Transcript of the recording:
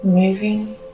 Moving